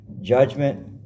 Judgment